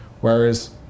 Whereas